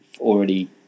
already